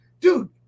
dude